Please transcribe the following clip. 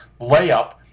layup